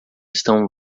estão